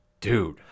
Dude